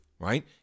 right